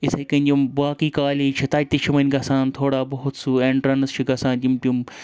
اِتھَے کٔنۍ یِم باقٕے کالیج چھِ تَتہِ تہِ چھِ وۄنۍ گَژھان تھوڑا بہت سُہ ایٚنٹرَنٕس چھِ گژھان یِم تِم